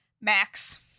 Max